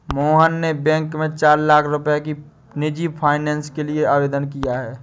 मोहन ने बैंक में चार लाख रुपए की निजी फ़ाइनेंस के लिए आवेदन किया है